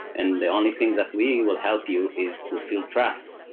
and the only things that we will help you is to feel trust.